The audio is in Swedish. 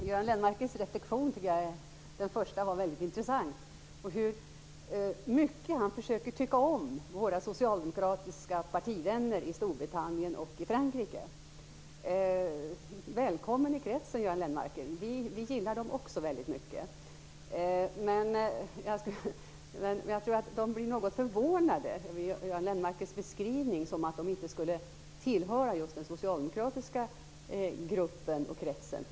Fru talman! Jag tycker att Göran Lennmarkers första reflexion var väldigt intressant. Det var intressant att höra hur mycket han försöker tycka om våra socialdemokratiska partivänner i Storbritannien och i Vi gillar dem också väldigt mycket. Jag tror att de skulle bli något förvånade om de skulle höra Göran Lennmarker beskriva dem som att de inte tillhör den socialdemokratiska gruppen eller kretsen.